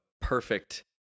perfect